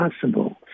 possible